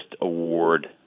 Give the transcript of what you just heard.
award